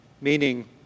meaning